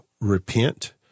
repent